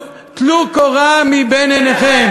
טלו קורה מבין עיניכם.